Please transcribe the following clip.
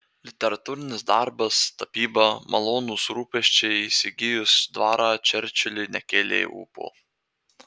literatūrinis darbas tapyba malonūs rūpesčiai įsigijus dvarą čerčiliui nekėlė ūpo